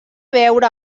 veure